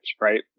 Right